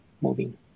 moving